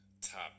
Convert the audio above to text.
top